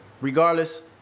regardless